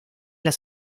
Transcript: las